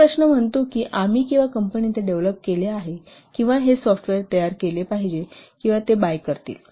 हा प्रश्न म्हणतो की आम्ही किंवा कंपनीने ते डेव्हलोप केले पाहिजे किंवा हे सॉफ्टवेअर तयार केले पाहिजे किंवा ते बाय करतील